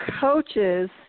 coaches